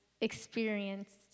experienced